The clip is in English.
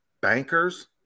Bankers